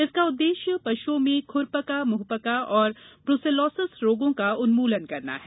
इसका उद्देश्य पशुओं में खुरपका मुंहपका और ब्रसीलोसिस रोगों का उन्मूलन करना है